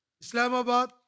Islamabad